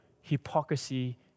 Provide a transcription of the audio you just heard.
hypocrisy